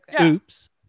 Oops